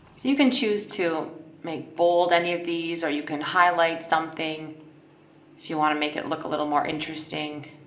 you can choose to make bold any of these are you can highlight something if you want to make it look a little more interesting.